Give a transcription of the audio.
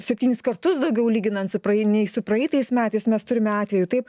septynis kartus daugiau lyginant su praei nei su praeitais metais mes turime atvejų taip